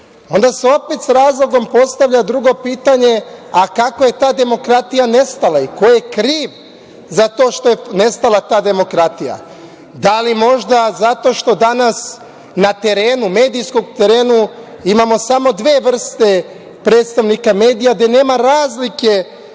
Onda se opet sa razlogom postavlja drugo pitanje – kako je te demokratija nestala i ko je kriv za to što je nestala ta demokratija? Da li možda zato što danas na terenu, medijskom terenu imamo samo dve vrste predstavnika medija gde nema razlike